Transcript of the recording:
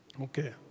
Okay